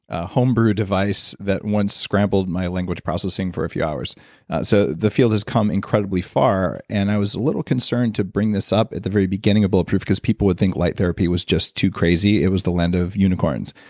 ah home brewed device that once scrambled my language processing for a few hours so the field has come incredibly far and i was a little concerned to bring this up at the very beginning of bulletproof cause people would think light therapy was just too crazy, it was the land of unicorns.